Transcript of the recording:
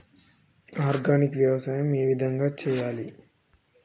Organic వ్యవసాయం ఏ విధంగా చేయాలి?